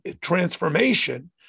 transformation